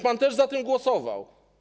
Pan też za tym głosował.